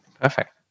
Perfect